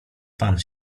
pan